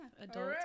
adult